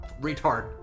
retard